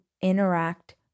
interact